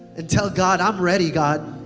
and tell god, i'm ready god.